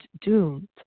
doomed